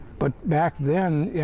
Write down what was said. but back then yeah